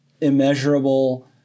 immeasurable